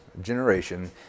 generation